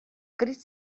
crist